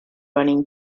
running